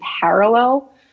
parallel